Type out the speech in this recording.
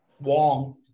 Wong